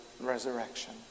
resurrection